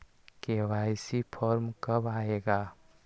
KYC form कब आए गा?